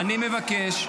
אני מבקש.